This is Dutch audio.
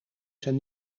zijn